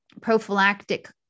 prophylactic